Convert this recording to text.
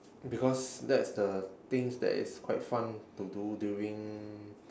because that is the things that is quite fun to do during